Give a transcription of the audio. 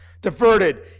diverted